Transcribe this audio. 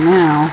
now